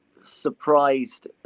surprised